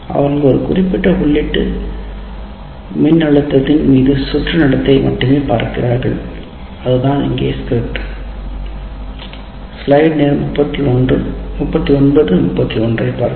அவர்கள் ஒரு குறிப்பிட்ட உள்ளீட்டு மின்னழுத்தத்தின் மீது சுற்று நடத்தை மட்டுமே பார்க்கிறார்கள் அதுதான் இங்கே ஸ்கிரிப்ட்